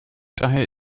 daher